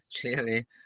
clearly